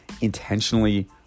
intentionally